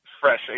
fresh